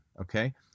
Okay